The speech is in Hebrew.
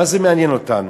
מה זה מעניין אותנו?